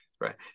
Right